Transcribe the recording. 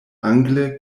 angle